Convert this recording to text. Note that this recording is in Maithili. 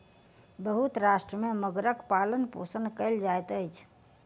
बहुत राष्ट्र में मगरक पालनपोषण कयल जाइत अछि